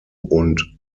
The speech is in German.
und